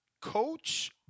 Coach